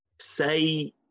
say